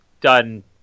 done